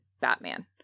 Batman